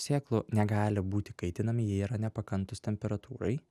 sėklų negali būti kaitinami jie yra nepakantūs temperatūrai